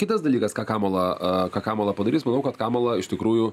kitas dalykas ką kamala ką kamala padarys manau kad kamala iš tikrųjų